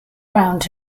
round